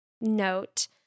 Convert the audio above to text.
note